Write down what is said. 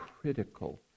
critical